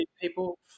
people